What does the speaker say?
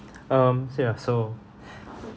um so ya so